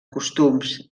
costums